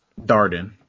Darden